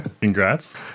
Congrats